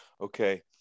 Okay